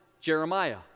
Jeremiah